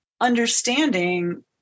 understanding